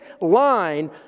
line